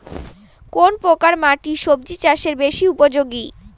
কোন প্রকার মাটি সবজি চাষে বেশি উপযোগী?